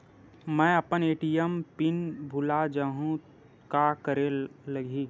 मैं अपन ATM pin भुला जहु का करे ला लगही?